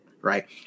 right